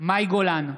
מאי גולן,